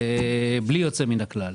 בלי יוצא מן הכלל.